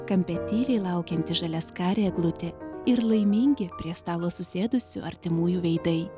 kampe tyliai laukianti žaliaskarė eglutė ir laimingi prie stalo susėdusių artimųjų veidai